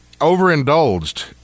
overindulged